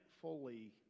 fully